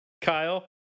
kyle